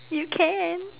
you can